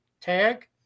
tag